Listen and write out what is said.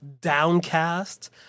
Downcast